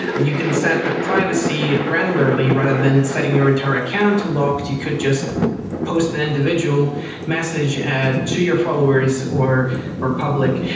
you can set the privacy granularly rather than setting your entire account to locked, you could just post the individual message to your followers or or public,